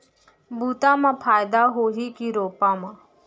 बुता म फायदा होही की रोपा म?